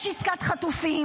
יש עסקת חטופים.